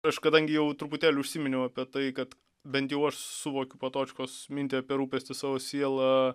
aš kadangi jau truputėlį užsiminiau apie tai kad bent jau aš suvokiu patočkos mintį apie rūpestį savo siela